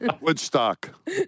Woodstock